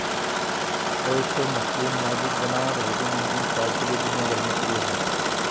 oyster mushroom नाजुक बनावट हल्के, नमकीन स्वाद के लिए दुनिया भर में प्रिय है